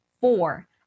Four